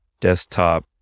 Desktop